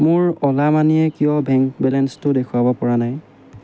মোৰ অ'লা মানিয়ে কিয় বেংক বেলেঞ্চটো দেখুৱাব পৰা নাই